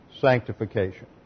Sanctification